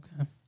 okay